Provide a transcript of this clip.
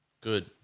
Good